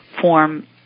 form